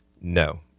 no